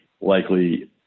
likely